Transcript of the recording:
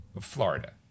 Florida